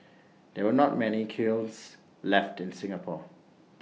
there are not many kilns left in Singapore